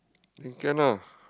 then can ah